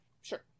Sure